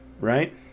right